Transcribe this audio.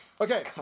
Okay